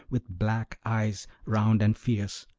with black eyes, round and fierce,